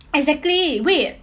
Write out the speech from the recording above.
exactly wait